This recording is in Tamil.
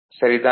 சரி தானே